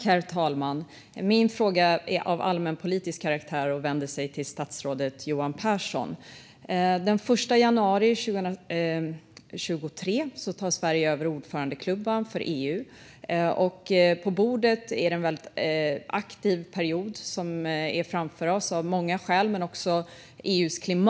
Herr talman! Min fråga är av allmänpolitisk karaktär, och jag vänder mig till statsrådet Johan Pehrson. Den 1 januari 2023 tar Sverige över ordförandeklubban i EU. Vi har en period framför oss som av många skäl är väldigt aktiv.